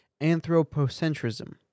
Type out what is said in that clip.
anthropocentrism